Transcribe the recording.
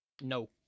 No